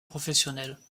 professionnelle